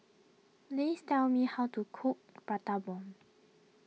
please tell me how to cook Prata Bomb